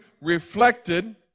reflected